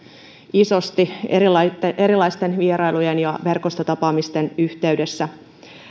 isosti erilaisten erilaisten vierailujen ja verkostotapaamisten yhteydessä